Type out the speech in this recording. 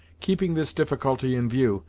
keeping this difficulty in view,